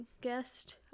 guest